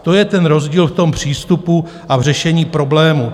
To je ten rozdíl v přístupu a v řešení problémů.